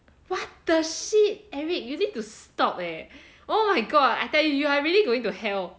what the shit eric you need to stop leh oh my god I tell you you are really going to hell